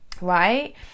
right